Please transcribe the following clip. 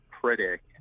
critic